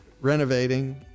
renovating